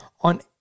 on